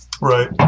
Right